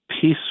peace